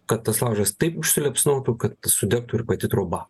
kad tas laužas taip užsiliepsnotų kad sudegtų ir pati troba